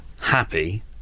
happy